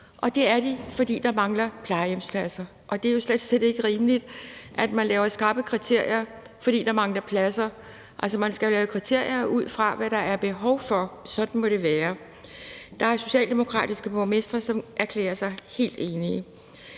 og det er de, fordi der mangler plejehjemspladser. Det er slet, slet ikke rimeligt, at man laver skrappe kriterier, fordi der mangler pladser. Man skal jo lave kriterier ud fra, hvad der er behov for. Sådan må det være. Der er socialdemokratiske borgmestre, som erklærer sig helt enige.